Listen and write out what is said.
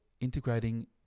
integrating